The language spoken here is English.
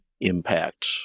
impact